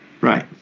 Right